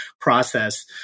process